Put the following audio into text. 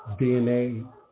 DNA